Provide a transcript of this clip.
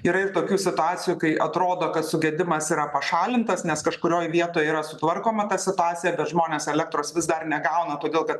yra ir tokių situacijų kai atrodo kad sugedimas yra pašalintas nes kažkurioj vietoj yra sutvarkoma ta situacija bet žmonės elektros vis dar negauna todėl kad